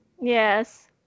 yes